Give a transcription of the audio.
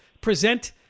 present